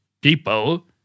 people